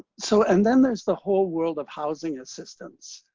so and then there's the whole world of housing assistance,